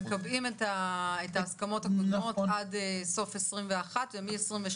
מקבעים את ההסכמות הקודמות עד סוף 21' ומ-22'